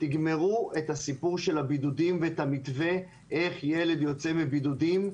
תגמרו את הסיפור של הבידודים ואת המתווה איך ילד יוצא מבידודים.